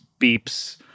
beeps